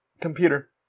Computer